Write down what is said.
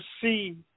see